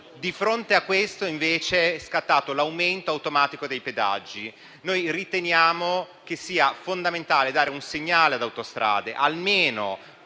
Di fronte a questo, invece, è scattato l'aumento automatico dei pedaggi. Noi riteniamo che sia fondamentale dare un segnale ad Autostrade, almeno